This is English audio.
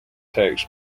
tax